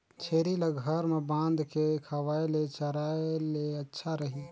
छेरी ल घर म बांध के खवाय ले चराय ले अच्छा रही?